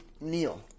Neil